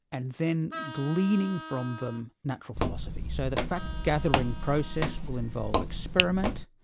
and then gleaning from them natural philosophy. so the fact-gathering process will involve experiment,